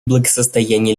благосостояние